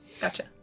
Gotcha